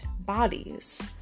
bodies